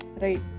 right